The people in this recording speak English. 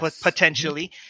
potentially